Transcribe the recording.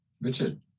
Richard